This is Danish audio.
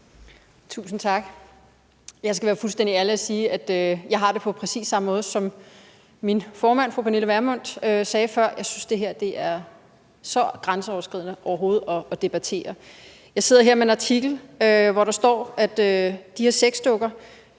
Tusind tak. Jeg skal være fuldstændig ærlig og sige, at jeg har det på præcis samme måde som min formand, fru Pernille Vermund, som sagde det lige før – jeg synes, det her er grænseoverskridende overhovedet at debattere. Jeg sidder her med en artikel, hvor der står, at nogle af de her sexdukker